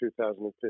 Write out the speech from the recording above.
2015